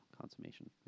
consummation